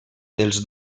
dels